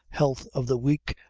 health of the weak,